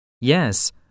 Yes